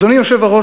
אדוני היושב-ראש,